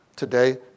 today